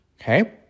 Okay